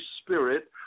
Spirit